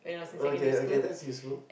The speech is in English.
okay okay that's useful